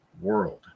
World